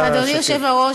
אדוני היושב-ראש,